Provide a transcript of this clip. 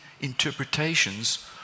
Interpretations